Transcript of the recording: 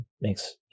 makes